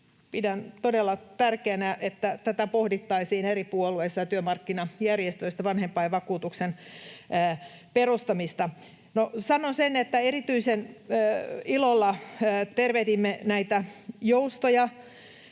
Pidän todella tärkeänä, että eri puolueissa ja työmarkkinajärjestöissä pohdittaisiin tätä vanhempainvakuutuksen perustamista. Sanon sen, että erityisen ilolla tervehdimme näitä joustoja,